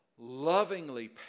lovingly